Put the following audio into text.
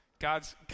God's